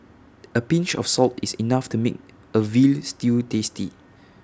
A pinch of salt is enough to make A Veal Stew tasty